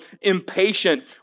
impatient